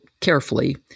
carefully